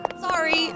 Sorry